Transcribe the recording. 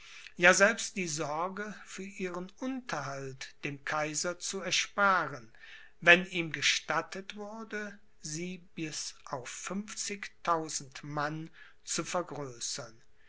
ja selbst die sorge für ihren unterhalt dem kaiser zu ersparen wenn ihm gestattet würde sie bis auf fünfzigtausend mann zu